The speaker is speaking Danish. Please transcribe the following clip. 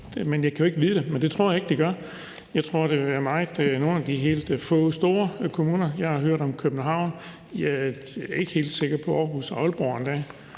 Jeg kan jo ikke vide det, men det tror jeg ikke de gør. Jeg tror, det vil være nogle få af de helt store kommuner. Jeg har hørt om København. Jeg er ikke helt sikker på Aarhus, Aalborg og